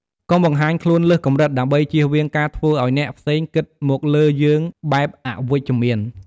កុំបង្ហាញខ្លួនលើសកម្រិត ដើម្បីជៀសវាងការធ្វើឲ្យអ្នកផ្សេងគិតមកលើយើងបែបអវិជ្ជមាន។